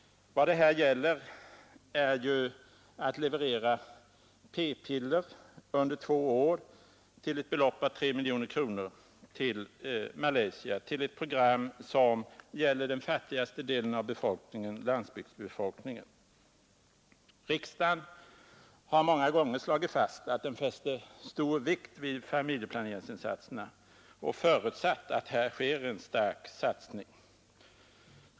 Vad det här gäller är ju att leverera p-piller till Malaysia under två år för ett belopp av 3 miljoner kronor till ett program som gäller den fattigaste delen av befolkningen, landsbygdsbefolkningen. Riksdagen har många gånger slagit fast att den fäster stor vikt vid familjeplaneringsinsatserna och förutsatt att här sker en stark satsning.